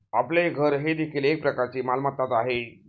आपले घर हे देखील एक प्रकारची मालमत्ताच आहे